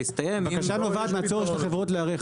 הבקשה נובעת מהצורך של החברות להיערך,